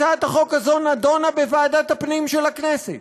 הצעת החוק הזאת נדונה בוועדת הפנים של הכנסת